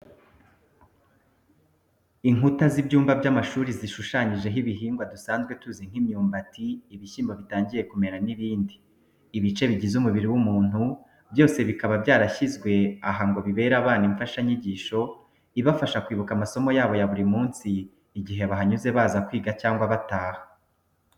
Inkuta z'ibyumba by'amashuri zishushanyijeho ibihingwa dusanzwe tuzi nk'imyumbati, ibishyimbo bitangiye kumera n'ibindi. Ibice bigize umubiri w'umuntu byose bikaba byarashyizwe aha ngo bibere abana imfashanyigisho ibafasha kwibuka amasomo yabo ya buri munsi igihe bahanyuze baza kwiga cyangwa bataha.